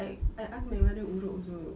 like I asked my mother urut also